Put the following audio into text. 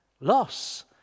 loss